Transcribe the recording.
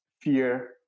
fear